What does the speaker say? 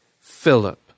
Philip